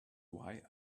why